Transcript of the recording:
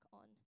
on